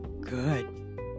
Good